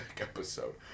episode